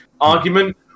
argument